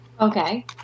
Okay